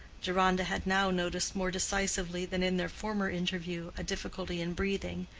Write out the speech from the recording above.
deronda had now noticed more decisively than in their former interview a difficulty in breathing,